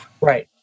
Right